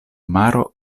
maro